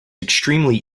extremely